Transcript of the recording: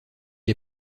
est